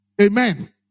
amen